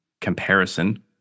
comparison